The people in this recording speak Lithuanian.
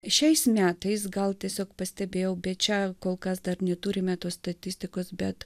šiais metais gal tiesiog pastebėjau bet čia kol kas dar neturime tos statistikos bet